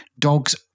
Dogs